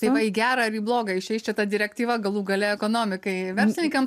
tai va į gera ar į bloga išeis čia ta direktyva galų gale ekonomikai verslininkam